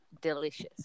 delicious